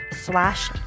slash